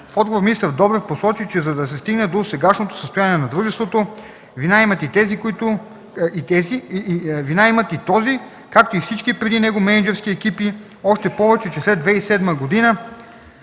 отговор министър Добрев посочи, че за да се стигне до сегашното състояние на дружеството, вина имат и този, както и всички преди него мениджърски екипи, още повече че след 2007 г.